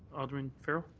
alderman farrell?